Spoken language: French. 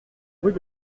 rues